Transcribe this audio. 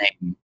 name